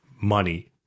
money